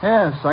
Yes